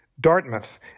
Dartmouth